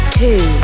two